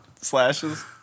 Slashes